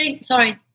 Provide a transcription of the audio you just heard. Sorry